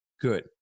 good